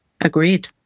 agreed